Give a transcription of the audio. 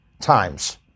times